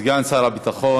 סגן שר הביטחון